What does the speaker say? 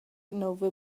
nouva